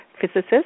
physicist